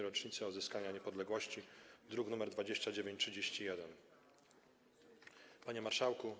Rocznicy Odzyskania Niepodległości, druk nr 2931. Panie Marszałku!